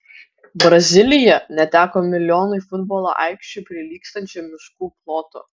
brazilija neteko milijonui futbolo aikščių prilygstančio miškų ploto